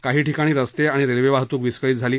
काही ठिकाणी रस्ते आणि रेल्वे वाहतूक विस्कळीत झाली